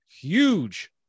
Huge